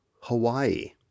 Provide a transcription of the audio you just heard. Hawaii